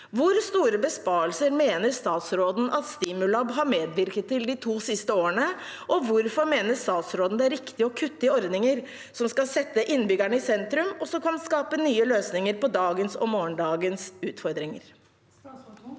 Hvor store besparelser mener statsråden at Stimulab har medvirket til de to siste årene, og hvorfor mener statsråden det er riktig å kutte i ordninger som skal sette innbyggerne i sentrum, og som kan skape nye løsninger for dagens og morgendagens utfordringer? Statsråd